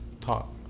talk